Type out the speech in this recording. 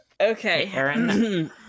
Okay